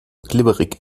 glibberig